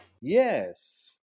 Yes